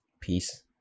Peace